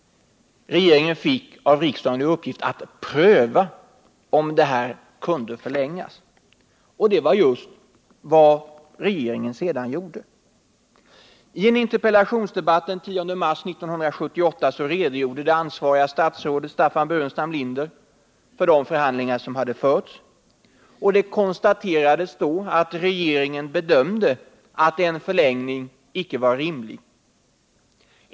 Regeringen fick av riksdagen i uppdrag att pröva om avtalet kunde förlängas, och det var just vad regeringen sedan gjorde. I en interpellationsdebatt den 10 mars 1978 redogjorde det ansvariga statsrådet Staffan Burenstam Linder för de förhandlingar som hade förts. Det konstaterades då att regeringen bedömde att en förlängning icke var rimlig.